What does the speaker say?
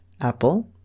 Apple